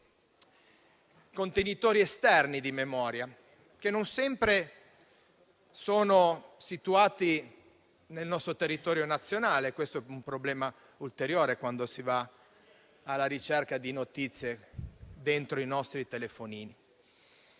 contenitori esterni di memoria, che non sempre sono situati nel nostro territorio nazionale. E questo è un problema ulteriore, quando si va alla ricerca di notizie dentro i nostri telefonini.